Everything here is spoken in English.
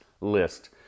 list